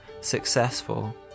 successful